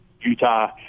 Utah